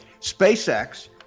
SpaceX